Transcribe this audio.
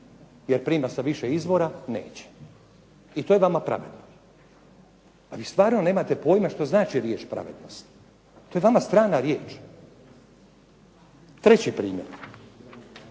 jer prima sa više izvora neće. I to je vama pravedno. Vi stvarno nemate pojma što znači riječ pravednost, to je vama strana riječ. Treći primjer,